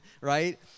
right